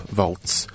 vaults